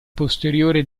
posteriore